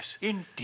Indeed